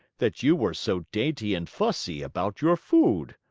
that you were so dainty and fussy about your food.